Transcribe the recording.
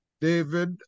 David